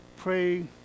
pray